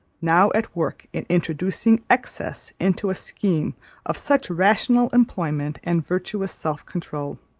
now at work in introducing excess into a scheme of such rational employment and virtuous self-control.